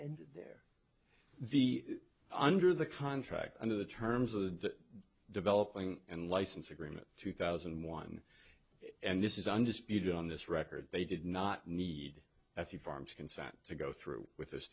and they're the under the contract under the terms of the developing and license agreement two thousand and one and this is under speed on this record they did not need a few farms consent to go through with this